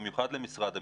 ובמיוחד למשרד המשפטים,